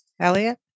Elliot